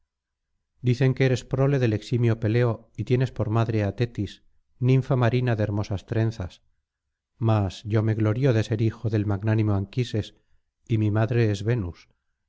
dicen que eres prole del eximio peleo y tienes por madre á tetis ninfa marina de hermosas trenzas mas yo me glorío de ser hijo del magnánimo anquises y m madre es venus